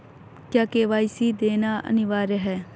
क्या के.वाई.सी देना अनिवार्य है?